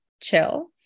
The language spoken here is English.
chill